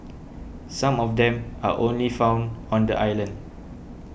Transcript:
some of them are only found on the island